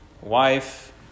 wife